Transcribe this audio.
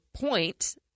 point